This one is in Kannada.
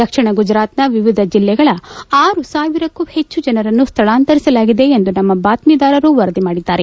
ದಕ್ಷಿಣ ಗುಜರಾತ್ನ ವಿವಿಧ ಜಿಲ್ಲೆಗಳ ಆರು ಸಾವಿರಕ್ಕೂ ಹೆಚ್ಚು ಜನರನ್ನು ಸ್ಥಳಾಂತರಿಸಲಾಗಿದೆ ಎಂದು ನಮ್ಮ ಬಾತ್ವೀದಾರರು ವರದಿ ಮಾಡಿದ್ದಾರೆ